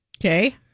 Okay